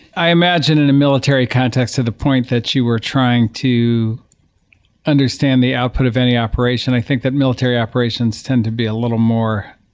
i imagine in a military context to the point that you were trying to understand the output of any operation, i think that military operations tend to be a little more